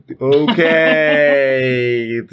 Okay